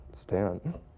stand